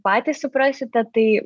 patys suprasite tai